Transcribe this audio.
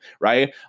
right